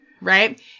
right